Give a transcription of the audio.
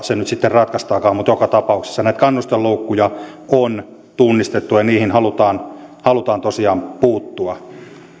se nyt sitten ratkaistaankaan mutta joka tapauksessa näitä kannustinloukkuja on tunnistettu ja niihin halutaan halutaan tosiaan puuttua